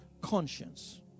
Conscience